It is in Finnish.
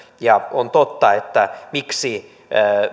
ja on totta että miksi